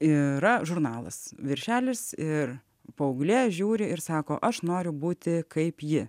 yra žurnalas viršelis ir paauglė žiūri ir sako aš noriu būti kaip ji